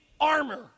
armor